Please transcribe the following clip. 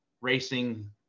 racing